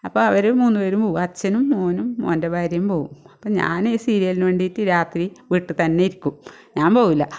അപ്പം അവര് മൂന്ന് പേരും പോവും അച്ഛനും മകനും മകൻ്റെ ഭാര്യയും പോവും അപ്പം ഞാൻ ഈ സീരിയലിന് വേണ്ടീട്ട് രാത്രീ വീട്ടിൽത്തന്നെ ഇരിക്കും ഞാൻ പോവില്ല